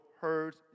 heard